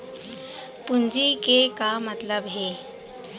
पूंजी के का मतलब हे?